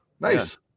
nice